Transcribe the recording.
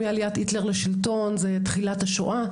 מעליית היטלר לשלטון זה תחילת השואה.